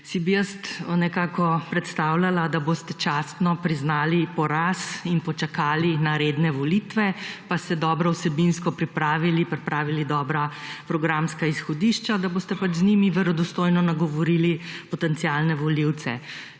si bi jaz nekako predstavljala, da boste častno priznali poraz in počakali na redne volitve, pa se dobro vsebinsko pripravili, pripravili dobra programska izhodišča, da boste pač z njimi verodostojno nagovorili potencialne volivce.